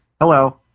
Hello